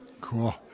cool